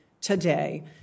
today